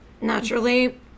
Naturally